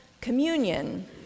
Communion